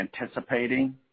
anticipating